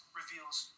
reveals